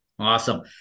Awesome